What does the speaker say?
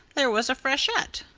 there was a freshet.